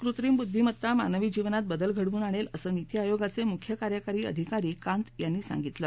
कृत्रिम बुद्धीमत्ता मानवी जीवनात बदल घडवून आणेल असं नीती आयोगाचे मुख्य कार्यकारी अधिकारी अमिताभ कांत यांनी सांगितलं